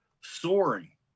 soaring